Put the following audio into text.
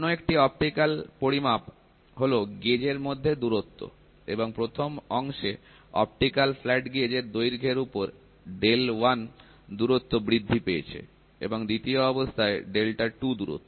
অন্য একটি অপটিক্যাল পরিমাপ হলো গেজ এর মধ্যে দূরত্ব এবং প্রথম অংশে অপটিক্যাল ফ্ল্যাট গেজ এর দৈর্ঘ্যের ওপর 1দূরত্ব বৃদ্ধি পেয়েছে এবং দ্বিতীয় অবস্থায় 2দূরত্ব